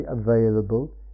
available